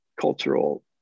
cultural